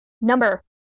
Number